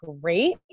great